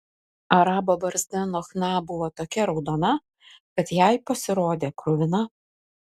arabo barzda nuo chna buvo tokia raudona kad jai pasirodė kruvina